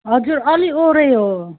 हजुर अलिक वरै हो